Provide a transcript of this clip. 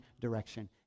direction